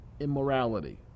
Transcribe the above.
immorality